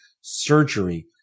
surgery